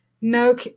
No